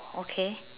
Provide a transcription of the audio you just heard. okay